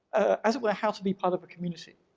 as it were, how to be part of a community